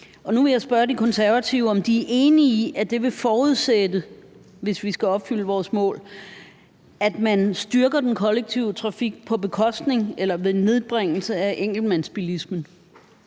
derfor vil jeg nu spørge De Konservative, om de er enige i, at det, hvis vi skal opfylde vores mål, vil forudsætte, at man styrker den kollektive trafik på bekostning af eller ved nedbringelse af enkeltmandsbilismen.